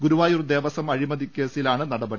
ഗുരുവായൂർ ദേവസ്വം അഴിമതി കേസിലാണ് നടപടി